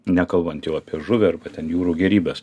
nekalbant jau apie žuvį arba ten jūrų gėrybes